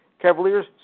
Cavaliers